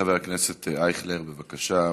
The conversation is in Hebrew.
חבר הכנסת אייכלר, בבקשה.